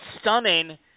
stunning